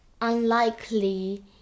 unlikely